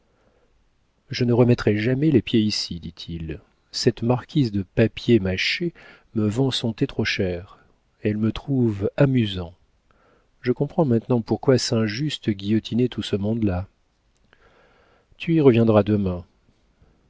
je ne remettrai jamais les pieds ici dit-il cette marquise de papier mâché me vend son thé trop cher elle me trouve amusant je comprends maintenant pourquoi saint-just guillotinait tout ce monde-là tu y reviendras demain